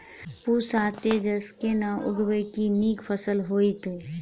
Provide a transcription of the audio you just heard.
पूसा तेजस केना उगैबे की नीक फसल हेतइ?